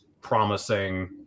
promising